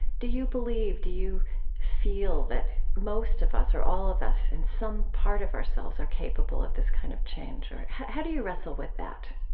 do you believe, do you feel that most of us or all of us in some part of ourselves are capable of this kind change, or how do you wrestle with that?